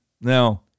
Now